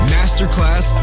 Masterclass